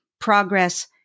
progress